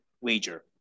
wager